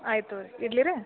ಆಯಿತು ರೀ ಇಡ್ಲಿ ರೀ